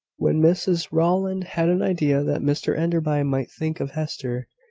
when mrs rowland had an idea that mr enderby might think of hester,